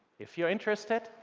if you're interested,